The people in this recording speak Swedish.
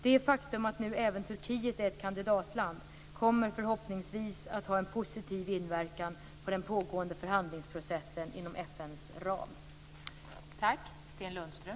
Det faktum att nu även Turkiet är ett kandidatland kommer förhoppningsvis att ha en positiv inverkan på den pågående förhandlingsprocessen inom FN:s ram.